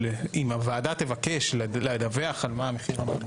אם הוועדה תבקש לדווח על מה המחיר הממוצע.